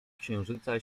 księżyca